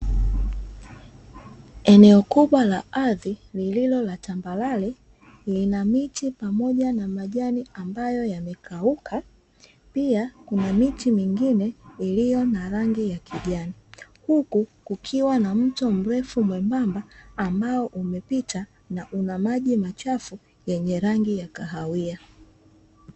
Eneo kubwa la ardhi lililo la tambarare lina miti pamoja na majani ambayo yamekauka, pia kuna miti mengine iliyo na rangi ya kijani huku kukiwa na mto mrefu, mwembamba ambao umepita na una maji machafu yenye rangi ya kahawia.